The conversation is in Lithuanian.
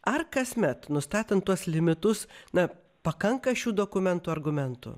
ar kasmet nustatant tuos limitus na pakanka šių dokumentų argumentų